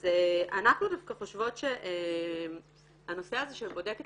אז אנחנו דווקא חושבות שהנושא הזה של בודקת